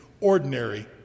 ordinary